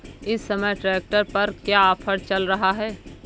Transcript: इस समय ट्रैक्टर पर क्या ऑफर चल रहा है?